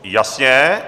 Jasně.